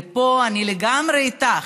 ופה אני לגמרי איתך,